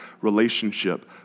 relationship